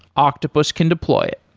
octopus can deploy it.